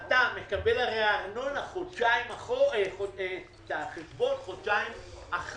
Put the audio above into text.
אתה מקבל ארנונה את החשבון על חשבון חודשיים אחרי,